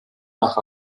nach